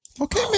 Okay